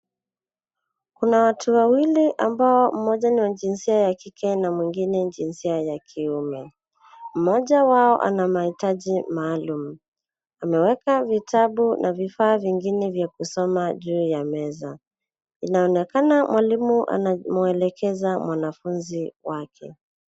Kuna watu wawili ambao mmoja ni wa jinsia ya kike na mwingine jinsia ya kiume. Mmoja wao ana mahitaji maalumu. Ameweka vitabu na vifaa vingine vya kusoma juu ya meza. Inaonekana mwalimu anamwelekeza mwanafunzi wake.